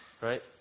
Right